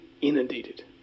inundated